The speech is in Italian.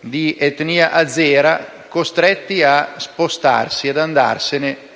di etnia azera costretti a spostarsi e ad andarsene